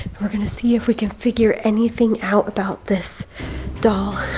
we're gonna see if we can figure anything out about this doll.